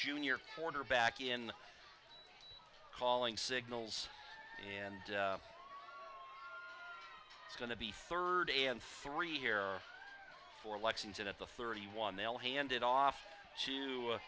junior quarterback in calling signals and it's going to be third and free here for lexington at the thirty one they'll hand it off to